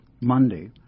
Monday